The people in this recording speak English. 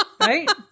right